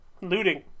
looting